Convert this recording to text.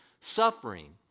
suffering